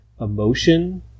emotion